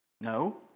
No